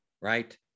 right